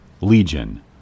Legion